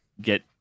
get